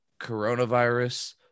Coronavirus